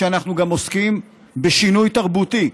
נכון שאנחנו גם עוסקים בשינוי תרבותי.